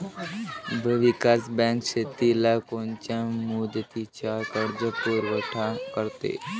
भूविकास बँक शेतीला कोनच्या मुदतीचा कर्जपुरवठा करते?